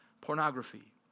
pornography